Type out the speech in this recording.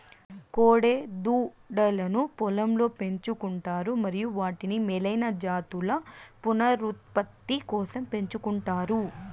కోడె దూడలను పొలంలో పెంచు కుంటారు మరియు వాటిని మేలైన జాతుల పునరుత్పత్తి కోసం పెంచుకుంటారు